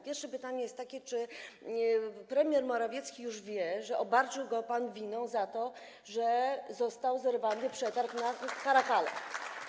Pierwsze pytanie jest takie: Czy premier Morawiecki już wie, że obarczył go pan winą za to, że został zerwany przetarg na caracale?